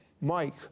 Mike